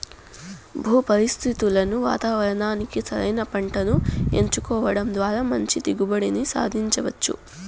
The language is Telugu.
భూ పరిస్థితులు వాతావరణానికి సరైన పంటను ఎంచుకోవడం ద్వారా మంచి దిగుబడిని సాధించవచ్చు